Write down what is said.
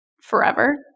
forever